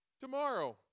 tomorrow